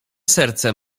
serce